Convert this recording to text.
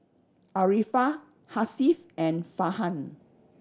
Arifa Hasif and Farhan